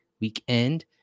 weekend